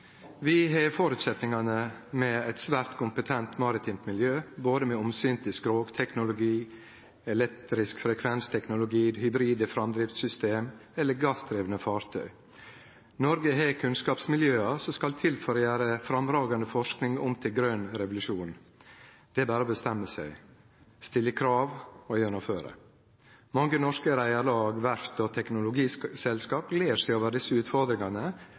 Vi har føresetnadene med eit svært kompetent maritimt miljø, med omsyn til både språkteknologi, elektrisk frekvensteknologi, hybride framdriftssystem og gassdrivne fartøy. Noreg har kunnskapsmiljø som skal til for å gjere framifrå forsking om til grøn revolusjon. Det er berre å bestemme seg, stille krav og gjennomføre. Mange norske reiarlag, verft og teknologiselskap gler seg over desse utfordringane.